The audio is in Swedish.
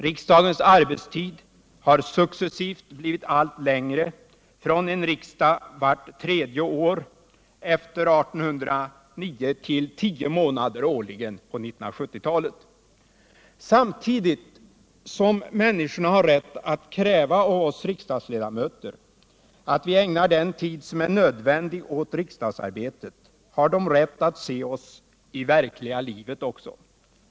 Riksdagens arbetstid har successivt blivit allt längre, från en riksdag vart tredje år efter 1809 till tio månader årligen på 1970-talet. Samtidigt som människorna har rätt att kräva av oss riksdagsledamöter att vi ägnar den tid som är nödvändig åt riksdagsarbetet har de rätt att se oss i verkliga livet också.